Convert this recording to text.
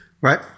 Right